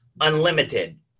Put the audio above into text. Unlimited